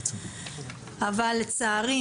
לצערי,